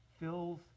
fills